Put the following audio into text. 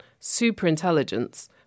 superintelligence